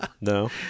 No